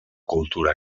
cultura